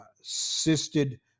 assisted